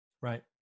right